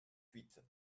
huit